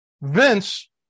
Vince